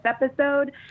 episode